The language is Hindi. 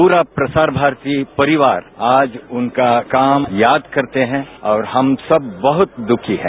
पूरा प्रसार भारती परिवार आज उनका काम याद करते हैं और हम सब बहत दुखी हैं